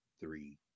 Three